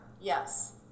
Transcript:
yes